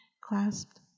clasped